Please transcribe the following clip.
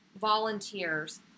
volunteers